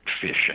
fishing